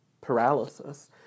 paralysis